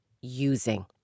using